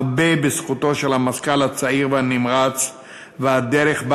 הרבה בזכותו של המזכ"ל הצעיר והנמרץ והדרך שבה